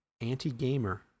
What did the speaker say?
anti-gamer